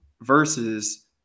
versus